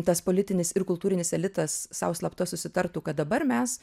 tas politinis ir kultūrinis elitas sau slapta susitartų kad dabar mes